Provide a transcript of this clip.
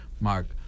Mark